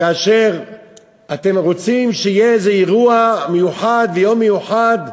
כאשר אתם רוצים שיהיה איזה אירוע מיוחד ויום מיוחד,